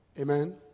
Amen